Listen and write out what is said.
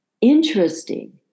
interesting